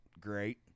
great